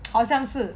好像是